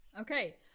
Okay